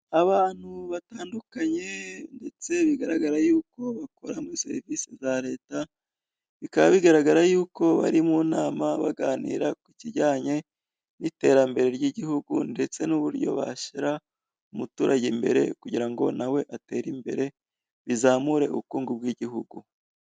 Abantu batandukanye ndetse bigaragara yuko bakora muri serivisi za leta bikaba bigaragara yuko bari mu nama baganira ku kijyanye n'iterambere ry'igihugu ndetse n'uburyo bashyira umuturage imbere kugira ngo nawe atere imbere bizamure ubukungu bw'igihugu.